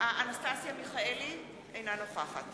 אנסטסיה מיכאלי, אינה נוכחת